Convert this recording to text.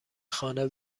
خانه